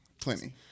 Plenty